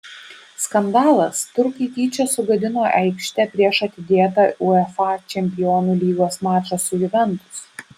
skandalas turkai tyčia sugadino aikštę prieš atidėtą uefa čempionų lygos mačą su juventus